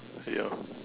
ya